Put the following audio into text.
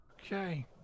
Okay